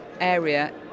area